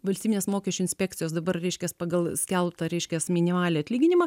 valstybinės mokesčių inspekcijos dabar reiškias pagal skelbtą reiškias minimalią atlyginimą